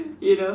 you know